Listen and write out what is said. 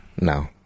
No